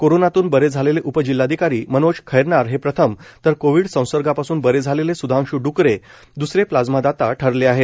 कोरोनातून बरे झालेले उपजिल्हाधिकारी मनोज खैरनार हे प्रथम तर कोविड संसर्गापासून बरे झालेले स्धांश् ड्करे द्सरे प्लाझ्मा दाता ठरले आहेत